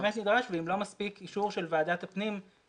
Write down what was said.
והשאלה אם זה באמת יידרש ואם לא מספיק אישור של ועדת הפנים שתתכנס,